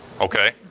Okay